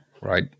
right